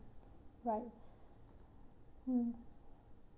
right mm